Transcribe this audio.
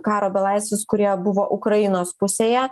karo belaisvius kurie buvo ukrainos pusėje